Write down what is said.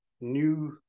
new